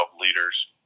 leaders